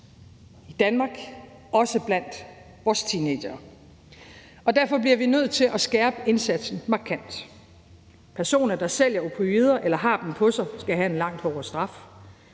i Danmark, også blandt vores teenagere. Derfor bliver vi nødt til at skærpe indsatsen markant. Personer, der sælger opioider eller har dem på sig, skal have en langt hårdere straf.